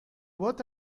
what